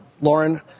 Lauren